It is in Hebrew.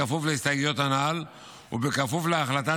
בכפוף להסתייגויות הנ"ל ובכפוף להחלטת